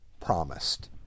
promised